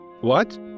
What